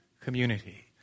community